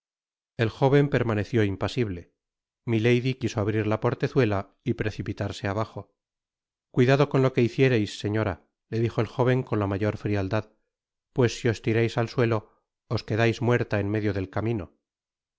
el jóven permaneció impasible milady quiso abrir la portezuela y precipitarse abajo cuidado con lo que hiciereis señora le dijo el jóven con la mayor frialdad pues si os tirais al suelo os quedais muerta en medio del camino